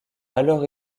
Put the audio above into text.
alors